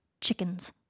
Chickens